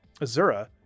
azura